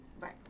right